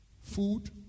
food